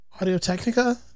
Audio-Technica